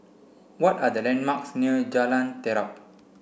what are the landmarks near Jalan Terap